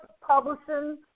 publishing